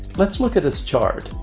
let's look at this chart.